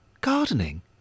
Gardening